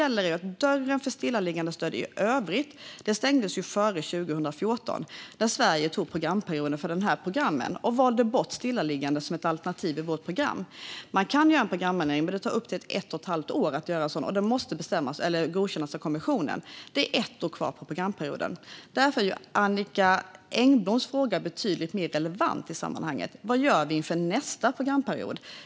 Dörren för stillaliggandestöd i övrigt stängdes före 2014 när Sverige antog programmet för den perioden och valde bort stillaliggande som ett alternativ. Man kan göra en programändring, men det tar upp till ett och ett halvt år och måste godkännas av kommissionen. Det är ett år kvar på programperioden. Därför är Annicka Engbloms fråga betydligt mer relevant i sammanhanget: Vad gör vi inför nästa programperiod?